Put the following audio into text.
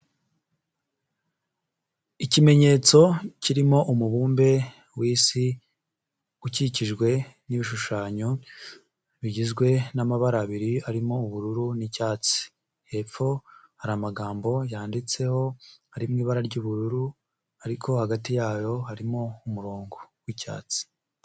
Ikimenyetso kirimo umubumbe w'isi ukikijwe n'ibishushanyo bigizwe n'amabara abiri, harimo ubururu n'icyatsi, hepfo hari amagambo yanditseho ari mu ibara ry'ubururu ariko hagati yayo harimo umurongo w'icyatsi.